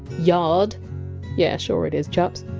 yard yeah, sure it is, chaps.